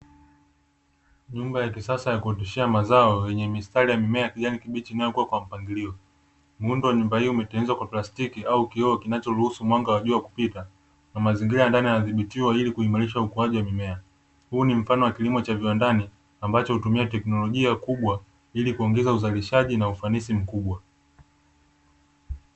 Nyumba ya kisasa ya kuoteshea mazao yenye mistari ya mimea ya kijani kibichi inayokua kwa mpangilio, muundo wa nyumba hiyo umetengenezwa kwa plastiki au kioo kinachoruhusu mwanga wa jua kupita na mazingira ya ndani yanadhibitiwa ili kuimarisha ukuaji wa mimea. Huu ni mfano wa kilimo cha viwandani ammbacho hutuma teknolojia kubwa ili kuongeza uzalishaji na ufanisi mkubwa.